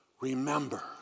remember